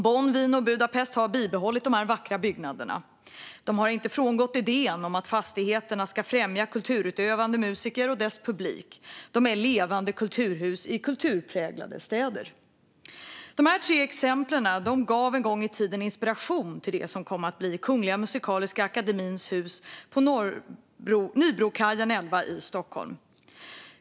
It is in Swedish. Bonn, Wien och Budapest har bibehållit dessa vackra byggnader. De har inte frångått idén om att fastigheterna ska främja kulturutövande musiker och deras publik. De är levande kulturhus i kulturpräglade städer. Dessa tre exempel gav en gång i tiden inspiration till det som kom att bli Kungliga Musikaliska Akademiens hus på Nybrokajen 11 i Stockholm.